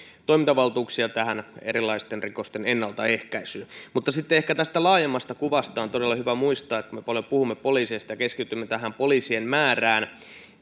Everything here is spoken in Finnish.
toimintavaltuuksia erilaisten rikosten ennaltaehkäisyyn mutta ehkä tästä laajemmasta kuvasta on todella hyvä muistaa että kun me paljon puhumme poliiseista ja keskitymme tähän poliisien määrään